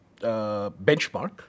benchmark